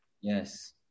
Yes